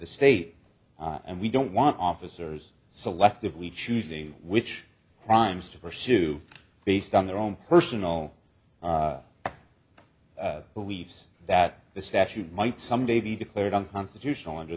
the state and we don't want officers selectively choosing which crimes to pursue based on their own personal beliefs that the statute might someday be declared unconstitutional under